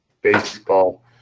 baseball